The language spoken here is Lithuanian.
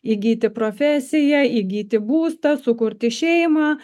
įgyti profesiją įgyti būstą sukurti šeimą